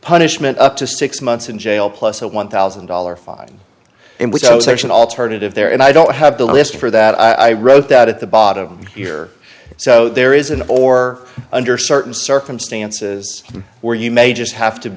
punishment up to six months in jail plus a one thousand dollars fine and with an alternative there and i don't have the list for that i wrote that at the bottom here so there is an or under certain circumstances where you may just have to